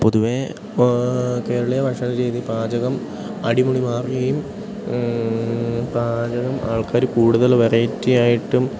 പൊതുവേ കേരളീയ ഭക്ഷണരീതി പാചകം അടിമുടി മാറുകയും പാചകം ആൾക്കാർ കൂടുതൽ വെറൈറ്റിയായിട്ടും